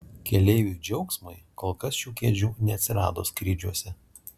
keleivių džiaugsmui kol kas šių kėdžių neatsirado skrydžiuose